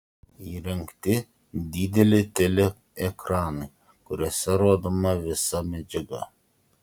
įrengti dideli teleekranai kuriuose rodoma visa medžiaga